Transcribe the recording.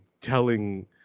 telling